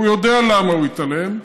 הוא יודע למה הוא התעלם.